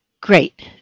Great